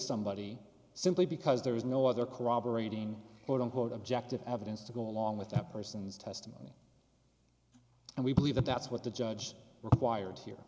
somebody simply because there is no other corroborating quote unquote objective evidence to go along with that person's testimony and we believe that that's what the judge required here